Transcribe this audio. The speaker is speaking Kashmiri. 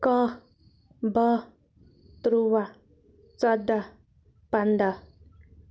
کہہ بہہ تٕرٛوہ ژۄدہ پَنٛدہ